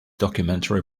documentary